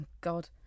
God